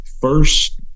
first